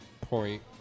Point